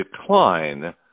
decline